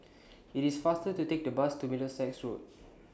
IT IS faster to Take The Bus to Middlesex Road